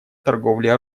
торговли